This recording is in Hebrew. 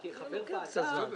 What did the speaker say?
בבקשה, יהודה.